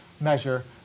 measure